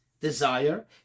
desire